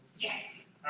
Yes